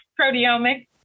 proteomics